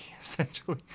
essentially